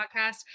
podcast